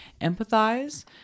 empathize